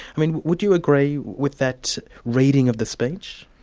i mean would you agree with that reading of the speech?